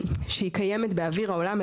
רק העניין שהיא קיימת באוויר העולם,